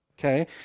Okay